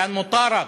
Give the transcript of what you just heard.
שהיה מגורש,)